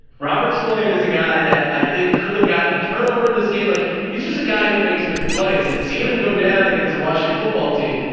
robert spleen is a guy that i think could have gotten a turnover in this game. like he's just a guy who makes big plays and seeing him go down against the washington football team,